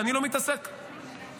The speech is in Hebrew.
אני לא מתעסק עם זה,